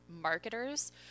marketers